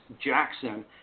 Jackson